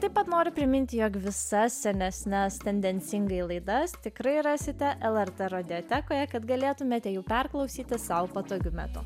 taip pat noriu priminti jog visas senesnes tendencingai laidas tikrai rasite lrt radiotekoje kad galėtumėte jų perklausyti sau patogiu metu